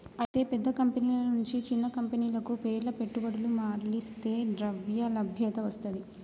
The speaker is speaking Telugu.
అయితే పెద్ద కంపెనీల నుంచి చిన్న కంపెనీలకు పేర్ల పెట్టుబడులు మర్లిస్తే ద్రవ్యలభ్యత వస్తది